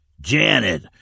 Janet